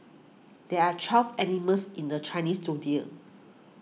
there are twelve animals in the Chinese zodiac